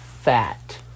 fat